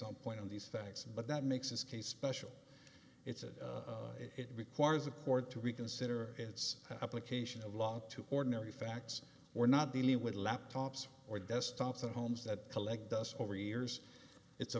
on point on these things but that makes his case special it's a it requires a court to reconsider its application of law to ordinary facts we're not dealing with laptops or desktops in homes that collect dust over years it's a